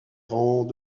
rangs